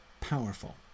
powerful